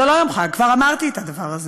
זה לא יום חג, כבר אמרתי את הדבר הזה.